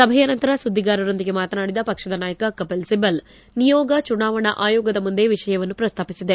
ಸಭೆಯ ನಂತರ ಸುದ್ದಿಗಾರರೊಂದಿಗೆ ಮಾತನಾಡಿದ ಪಕ್ಷದ ನಾಯಕ ಕಪಿಲ್ ಸೀಬಲ್ ನಿಯೋಗ ಚುನಾವಣಾ ಆಯೋಗದ ಮುಂದೆ ವಿಷಯವನ್ನು ಪ್ರಸ್ತಾಪಿಸಿದೆ